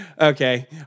Okay